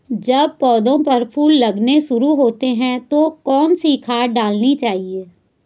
जब पौधें पर फूल लगने शुरू होते हैं तो कौन सी खाद डालनी चाहिए?